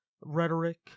rhetoric